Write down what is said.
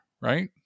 right